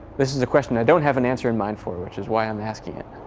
this is a question i don't have an answer in mind for, which is why i'm asking it.